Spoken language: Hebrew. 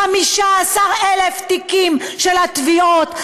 15,000 תיקים של התביעות,